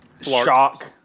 Shock